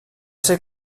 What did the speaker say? ser